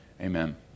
Amen